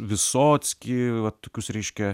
visockį va tokius reiškia